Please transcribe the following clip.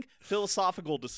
philosophical